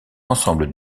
ensemble